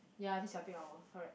ya this peak hour correct